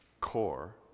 core